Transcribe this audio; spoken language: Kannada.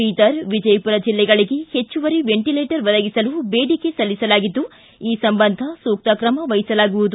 ಬೀದರ್ ವಿಜಯಪುರ ಜಿಲ್ಲೆಗಳಿಗೆ ಹೆಚ್ಚುವರಿ ವೆಂಟಲೇಟರ್ ಒದಗಿಸಲು ಬೇಡಿಕೆ ಸಲ್ಲಿಸಲಾಗಿದ್ದು ಈ ಸಂಬಂಧ ಸೂಕ್ತ ಕ್ರಮ ವಹಿಸಲಾಗುವುದು